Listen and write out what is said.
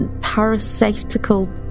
parasitical